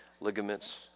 ligaments